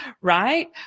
right